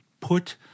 put